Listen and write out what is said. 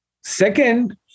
Second